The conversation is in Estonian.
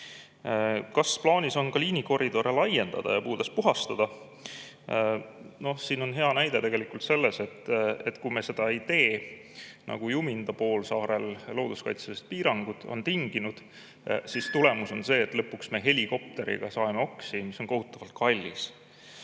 Kas plaanis on ka liinikoridore laiendada ja puudest puhastada? Siin on hea näide tegelikult see, et kui me seda ei tee, nagu Juminda poolsaarel on looduskaitselised piirangud tinginud, siis tulemus on see, et lõpuks me saeme oksi helikopteriga, mis on kohutavalt kallis.